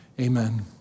Amen